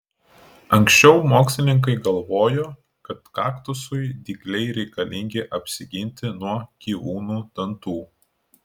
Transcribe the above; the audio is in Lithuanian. anksčiau mokslininkai galvojo kad kaktusui dygliai reikalingi apsiginti nuo gyvūnų dantų